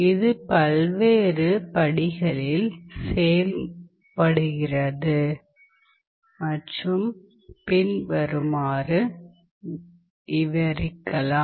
இது பல்வேறு படிகளில் செயல்படுகிறது மற்றும் பின்வருமாறு விவரிக்கலாம்